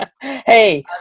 hey